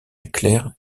claire